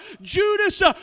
Judas